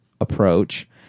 approach